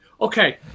Okay